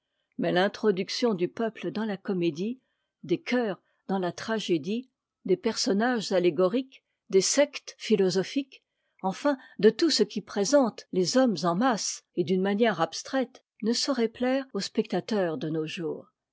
mais l'introduction du peuple dans la comédie des chœurs dans la tragédie des personnages attégoriques des sectes philosophiques enfin de tout ce qui présente les hommes en masse et d'une manière abstraite ne saurait plaire aux spectateurs de nos jours